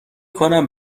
کنم